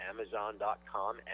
Amazon.com